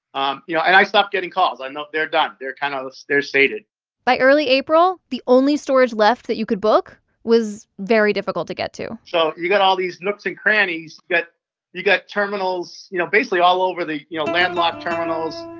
um you know, and i stopped getting calls. i know they're done. they're kind of they're sated by early april, the only storage left that you could book was very difficult to get to so you got all these nooks and crannies. you got terminals, you know, basically all over the you know, landlocked terminals,